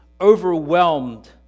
overwhelmed